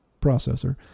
processor